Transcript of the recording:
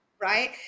right